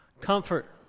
Comfort